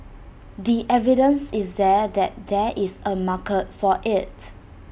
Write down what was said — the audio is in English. the evidence is there that there is A market for IT